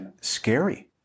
scary